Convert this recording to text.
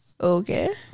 Okay